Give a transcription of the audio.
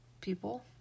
people